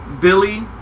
Billy